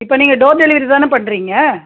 இப்போ நீங்கள் door delivery தானே பண்ணுறீங்க